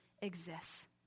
exists